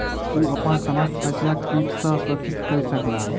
ओ अपन समस्त फसिलक कीट सॅ सुरक्षित कय सकला